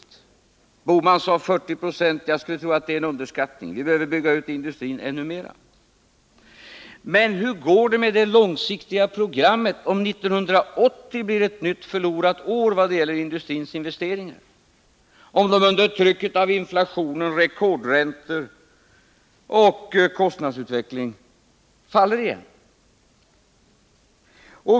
Gösta Bohman talade om 40 96. Jag skulle tro att det är en underskattning. Vi behöver bygga ut industrin ännu mer. Men hur går det med det långsiktiga programmet, om 1980 blir ett nytt förlorat år när det gäller industrins investeringar och de under trycket av inflationen, rekordräntorna och kostnadsutvecklingen faller igen?